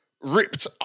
Ripped